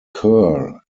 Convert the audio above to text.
kerr